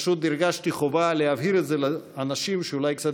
פשוט הרגשתי חובה להבהיר את זה לאנשים שאולי קצת